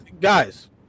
guys